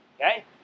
Okay